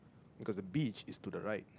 because the beach is to the right